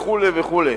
וכו וכו'